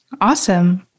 Awesome